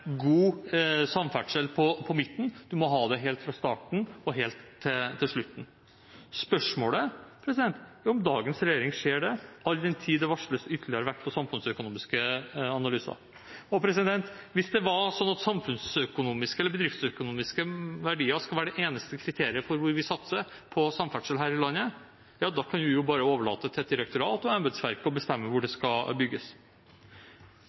god samferdsel på midten. Man må ha det helt fra starten og helt til slutten. Spørsmålet er om dagens regjering ser det, all den tid det varsles ytterligere vekt på samfunnsøkonomiske analyser. Hvis det var sånn at samfunnsøkonomiske eller bedriftsøkonomiske verdier skal være de eneste kriteriene for hvor vi skal satse på samferdsel her i landet, kan man jo bare overlate til et direktorat og til embetsverket å bestemme hvor det skal bygges.